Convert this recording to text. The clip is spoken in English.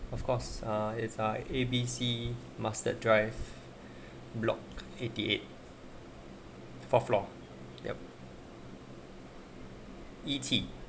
of course uh it's uh A B C mustard drive block eighty eight fourth floor yup E_T